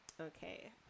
Okay